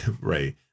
right